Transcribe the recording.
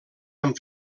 amb